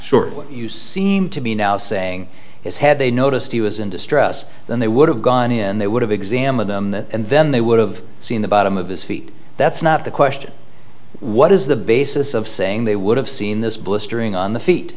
shortly you seem to be now saying it's had they noticed he was in distress then they would have gone in they would have examined and then they would have seen the bottom of his feet that's not the question what is the basis of saying they would have seen this blistering on the